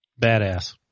Badass